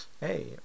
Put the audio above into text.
Hey